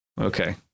Okay